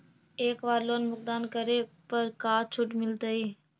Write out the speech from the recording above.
एक बार लोन भुगतान करे पर का छुट मिल तइ?